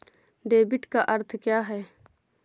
Debit का अर्थ क्या है?